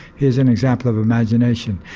here's an example of imagination,